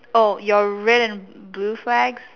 oh your red and blue flags